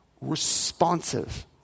responsive